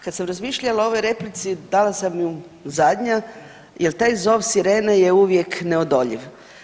Kad sam razmišljala o ovoj replici, dala sam ju zadnja jer taj zov sirene je uvijek neodoljiv.